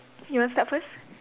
you want start first